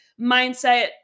mindset